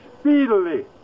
speedily